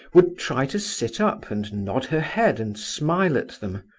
would try to sit up and nod her head and smile at them,